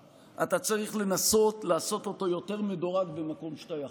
אתה צריך לנסות לעשות אותו יותר מדורג במקום שאתה יכול,